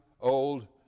Old